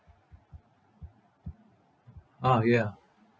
ah ya